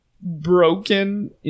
broken